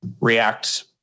react